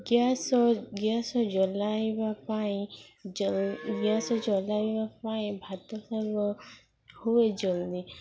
gas gas ଜଲାଇବା ପାଇଁ ଜଲ ଗ୍ୟାସ ଜଲାଇବା ପାଇଁ ଭାତ ସବୁ ହୁଏ ଜଲ୍ଦି